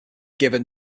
given